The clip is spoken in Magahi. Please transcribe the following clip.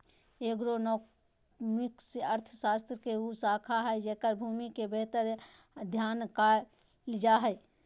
एग्रोनॉमिक्स अर्थशास्त्र के उ शाखा हइ जेकर भूमि के बेहतर अध्यन कायल जा हइ